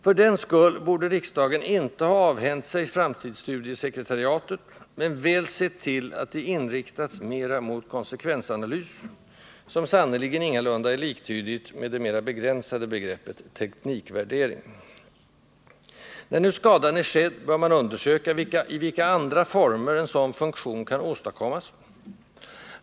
För den skull borde riksdagen inte ha avhänt sig framtidsstudiesekretariatet, men väl sett till att det inriktats mera mot konsekvensanalys — ett begrepp som sannerligen ingalunda är liktydigt med det mera begränsade begreppet ”teknikvärdering”. När nu skadan är skedd bör man undersöka, i vilka andra former en sådan funktion kan åstadkommas.